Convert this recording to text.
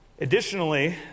Additionally